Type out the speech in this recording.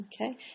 Okay